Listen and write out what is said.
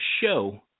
show